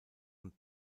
und